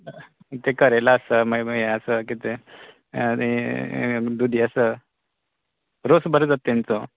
तें करेला आसा मागीर यें आसा कित तें आनी दुदी आसा रोस बरो जाता तेंचो